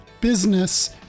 business